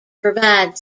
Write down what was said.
provide